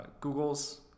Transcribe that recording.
Googles